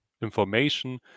information